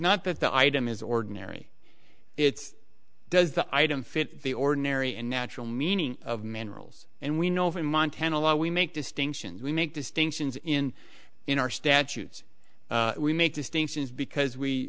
not that the item is ordinary it's does the item fit the ordinary and natural meaning of minerals and we know in montana law we make distinctions we make distinctions in in our statutes we make distinctions because we